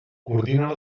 coordina